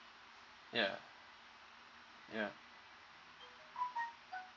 yeah yeah